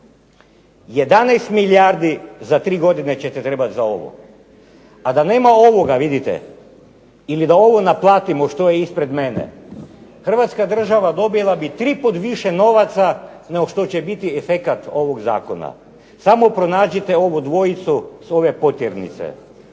11 milijardi za tri godine ćete trebati za ovo a da nema ovoga vidite ili da ovo naplatimo što je ispred mene, Hrvatska država dobila bi tri puta više novaca nego što će biti efekat ovog Zakona. Samo pronađite ovu dvojicu sa ove potjernice.